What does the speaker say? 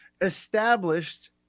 established